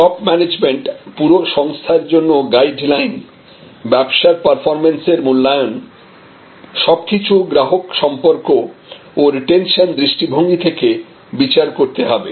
top management পুরো সংস্থার জন্য গাইড লাইন ব্যবসার পারফরম্যান্সের মূল্যায়ন সবকিছু গ্রাহক সম্পর্ক ও রিটেনশন দৃষ্টিভঙ্গি থেকে বিচার করতে হবে